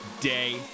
day